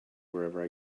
wherever